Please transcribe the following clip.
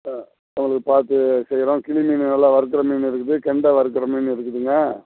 ஆ உங்களுக்கு பார்த்து செய்கிறோம் கிளி மீன் எல்லா வறுக்கிற மீன் இருக்குது கெண்டை வறுக்கிற மீன் இருக்குதுங்க